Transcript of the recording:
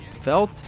felt